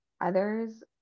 others